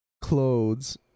clothes